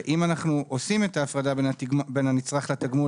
אם אנחנו עושים את ההפרדה בין הנצרך לבין התגמול